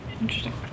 Interesting